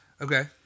Okay